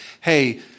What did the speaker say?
hey